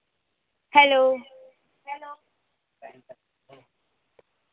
hello